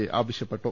A ആവശ്യപ്പെട്ടു